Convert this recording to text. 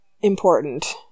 important